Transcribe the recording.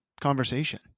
conversation